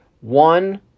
One